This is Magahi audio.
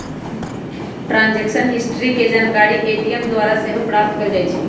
ट्रांजैक्शन हिस्ट्री के जानकारी ए.टी.एम द्वारा सेहो प्राप्त कएल जाइ छइ